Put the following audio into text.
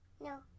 No